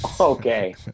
okay